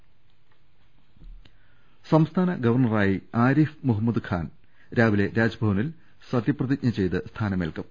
ൾ ൽ ൾ സംസ്ഥാന ഗവർണറായി ആരിഫ് മുഹമ്മദ് ഖാൻ രാവിലെ രാജ്ഭ വനിൽ സത്യപ്രതിജ്ഞ ചെയ്ത് സ്ഥാനമേൽക്കും